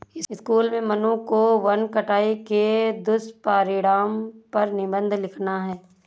school में मन्नू को वन कटाई के दुष्परिणाम पर निबंध लिखना है